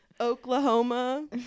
Oklahoma